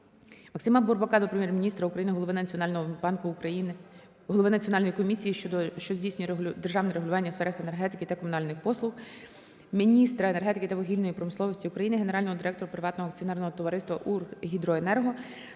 Національного банку України, голови Національної комісії, що здійснює державне регулювання у сферах енергетики та комунальних послуг, міністра енергетики та вугільної промисловості України, генерального директора Приватного акціонерного товариства "Укргідроенерго"